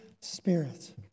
spirit